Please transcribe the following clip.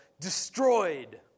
destroyed